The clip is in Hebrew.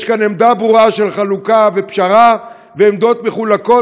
יש כאן עמדה ברורה של חלוקה ופשרה ועמדות מחולקות,